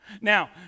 Now